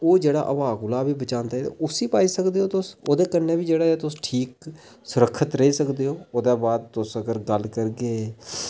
ओह् जेह्ड़ा हवा कोला बी बचांदे न ते उसी बी पाई सकदे तुस ओह्दे कन्नै बी जेह्ड़ा ऐ तुस ठीक सुरक्खत रेही सकदे ओ ओह्दे बाद अगर तुस गल्ल करगे